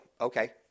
okay